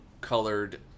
colored